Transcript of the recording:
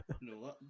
No